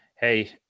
hey